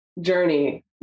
journey